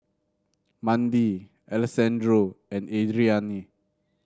Mandi Alessandro and Adrianne